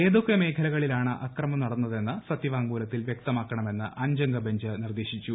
ഏതൊക്കെ മേഖലകളിലാണ് ആക്രമണം നടന്നതെന്ന് സത്യവാങ്മൂലത്തിൽ വൃക്തമാക്കണമെന്ന് അഞ്ചംഗ ബഞ്ച് നിർദേശിച്ചു